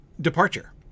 departure